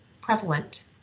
prevalent